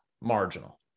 marginal